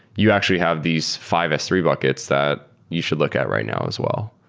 you actually have these five s three buckets that you should look at right now as well.